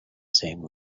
same